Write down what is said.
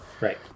Right